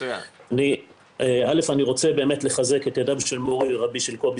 אני רוצה לחזק את דבריו של מורי ורבי קובי